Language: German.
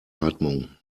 atmung